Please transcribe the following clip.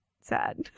sad